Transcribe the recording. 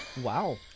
wow